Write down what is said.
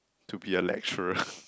to be a lecturer